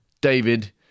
David